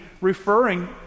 referring